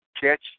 catch